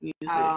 music